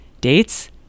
Dates